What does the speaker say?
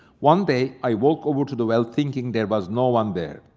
one day, i walked over to the well thinking there was no one there.